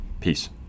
Peace